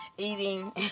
Eating